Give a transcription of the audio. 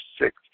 six